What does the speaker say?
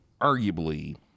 arguably